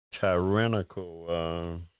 tyrannical